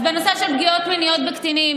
אז בנושא של פגיעות מיניות בקטינים,